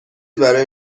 برای